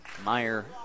Meyer